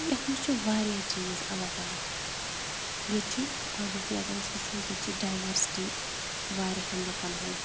یَتھ منٛز چھِ واریاہ چیٖز الگ الگ ییٚتہِ چھِ گۄڈنٮ۪تھٕے اگر أسۍ وٕچھو ییٚتہِ چھِ ڈایورسٹی واریاہَن لُکَن ہٕنٛز